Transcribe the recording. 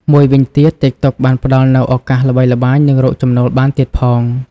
មួយវិញទៀត ទីកតុក បានផ្តល់នូវ ឱកាសល្បីល្បាញ និងរកចំណូលបានទៀតផង។